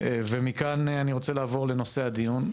מכאן אני רוצה לעבור לנושא הדיון.